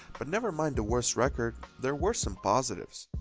but nevermind the worse record, there were some positives.